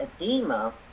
edema